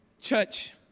Church